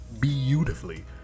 beautifully